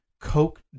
Coke